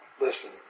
listen